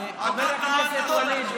חבר הכנסת חיים כץ,